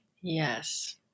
Yes